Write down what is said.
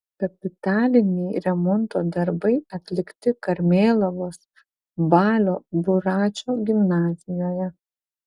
kapitaliniai remonto darbai atlikti karmėlavos balio buračo gimnazijoje